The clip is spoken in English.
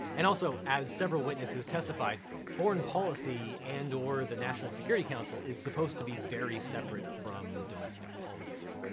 and also, as several witnesses testified, foreign policy and or the national security council is supposed to be very separate from domestic politics.